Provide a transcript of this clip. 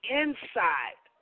inside